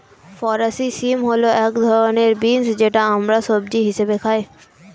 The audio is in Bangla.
ফরাসি শিম হল এক ধরনের বিন্স যেটি আমরা সবজি হিসেবে খাই